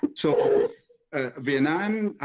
so vietnam,